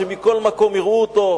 שמכל מקום יראו אותו,